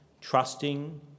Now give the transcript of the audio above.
trusting